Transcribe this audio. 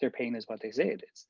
their pain is what they say it is.